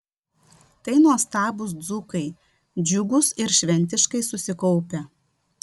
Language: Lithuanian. tai nuostabūs dzūkai džiugūs ir šventiškai susikaupę